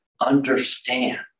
understand